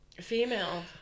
Female